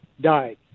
died